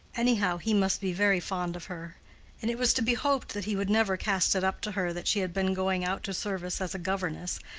anyhow he must be very fond of her and it was to be hoped that he would never cast it up to her that she had been going out to service as a governess,